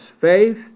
faith